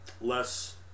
less